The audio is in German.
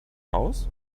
aus